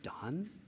done